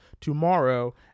tomorrow